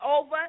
over